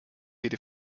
jede